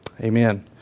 Amen